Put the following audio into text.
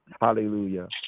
Hallelujah